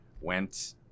went